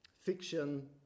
fiction